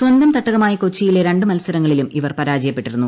സ്വന്തം തട്ടകമായ കൊച്ചിയിലെ രണ്ട് മൽസരങ്ങളിലും ഇവർ പരാജയപ്പെട്ടിരുന്നു